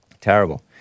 Terrible